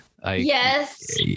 Yes